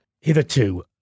hitherto